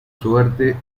suerte